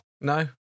No